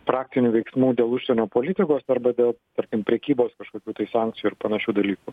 praktinių veiksmų dėl užsienio politikos arba dėl tarkim prekybos kažkokių tai sankcijų ir panašių dalykų